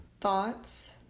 thoughts